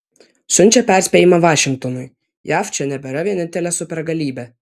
siunčia perspėjimą vašingtonui jav čia nebėra vienintelė supergalybė